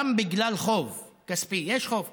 גם בגלל חוב כספי, יש חוב כספי,